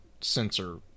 sensor